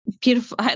beautiful